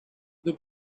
the